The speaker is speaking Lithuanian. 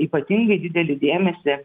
ypatingai didelį dėmesį